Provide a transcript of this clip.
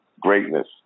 greatness